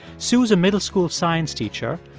sue is a middle school science teacher.